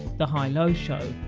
the high low show